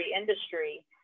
industry